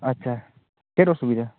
ᱟᱪᱪᱷᱟ ᱪᱮᱫ ᱚᱥᱩᱵᱤᱫᱟ